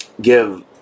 Give